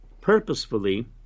purposefully